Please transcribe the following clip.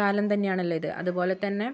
കാലം തന്നെയാണല്ലോ ഇത് അതുപോലെതന്നെ